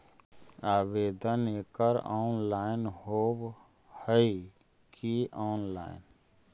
आवेदन एकड़ ऑनलाइन होव हइ की ऑफलाइन?